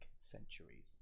centuries